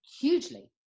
Hugely